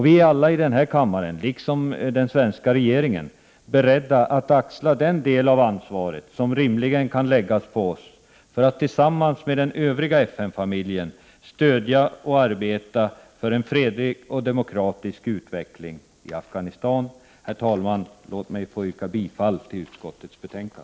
Vi är alla i denna kammare — liksom den svenska regeringen — beredda att axla den del av ansvaret som rimligen kan läggas på oss för att tillsammans med den övriga FN-familjen stödja och arbeta för en fredlig och demokratisk utveckling i Afghanistan. Herr talman! Låt mig yrka bifall till utskottets hemställan.